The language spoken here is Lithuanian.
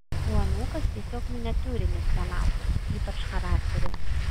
o anūkas tiesiog miniatiūrinis renato ypač charakteris